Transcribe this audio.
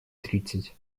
тридцать